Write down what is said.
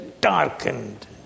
darkened